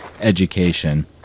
education